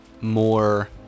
more